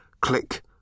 click